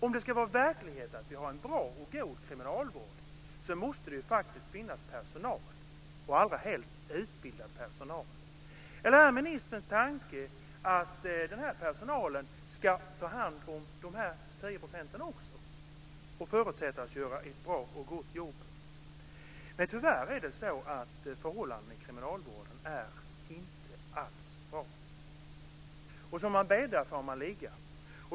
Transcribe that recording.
Om det ska vara verklighet att vi har en bra och god kriminalvård, måste det faktiskt finnas personal, och allra helst utbildad personal. Eller är det ministerns tanke att den här personalen ska ta hand också om dessa 10 % och förutsättas göra ett bra jobb? Tyvärr är det så att förhållandena inom kriminalvården inte alls är bra. Som man bäddar får man ligga.